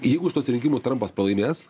jeigu šituos rinkimus trampas pralaimės